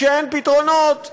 כשאין פתרונות,